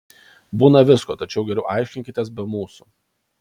būna visko tačiau geriau aiškinkitės be mūsų